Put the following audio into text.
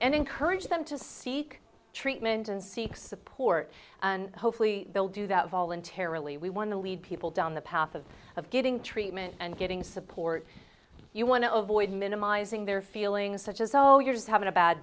and encourage them to seek treatment and seek support and hopefully they'll do that voluntarily we want to lead people down the path of of getting treatment and getting support you want to avoid minimizing their feelings such as oh you're just having a bad